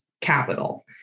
capital